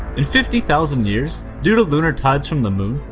in fifty thousand years, due to lunar tides from the moon,